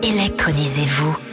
Électronisez-vous